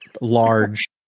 Large